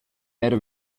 era